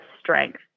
strength